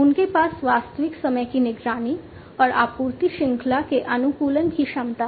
उनके पास वास्तविक समय की निगरानी और आपूर्ति श्रृंखला के अनुकूलन की क्षमता है